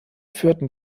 führten